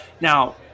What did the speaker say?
Now